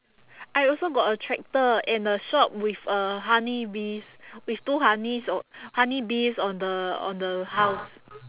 I also got a tractor and a shop with uh honeybees with two honeys o~ honeybees on the on the house